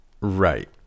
right